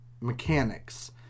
mechanics